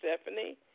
stephanie